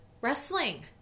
Wrestling